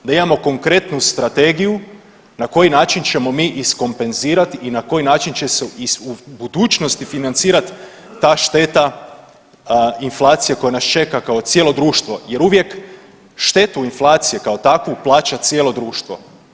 Da imamo konkretnu strategiju na koji način ćemo mi iskompenzirati i na koji način će se u budućnosti financirati ta šteta inflacija koja nas čeka kao cijelo društvo jer uvijek štetu inflacije kao takvu plaća cijelo društvo.